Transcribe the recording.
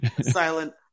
silent